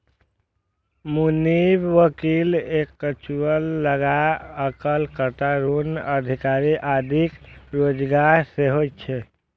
मुनीम, वकील, एक्चुअरी, लागत आकलन कर्ता, ऋण अधिकारी आदिक रोजगार सेहो छै